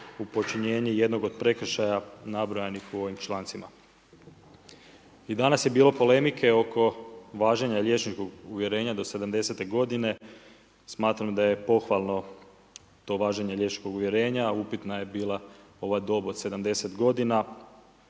u počinjenje jednog od prekršaja nabrojanih u ovim člancima. I danas je bilo polemike oko važenja liječničkog uvjerenja do 70-te godine, smatramo da je pohvalno to važenje liječničkog uvjerenja, upitna je bila ova dob od 70 godina.